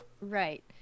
Right